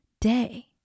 day